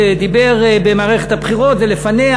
שדיבר במערכת הבחירות ולפניה,